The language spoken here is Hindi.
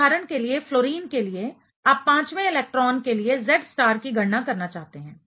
तो उदाहरण के लिए फ्लोरीन के लिए आप पांचवें इलेक्ट्रॉन के लिए Z स्टार की गणना करना चाहते हैं